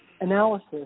analysis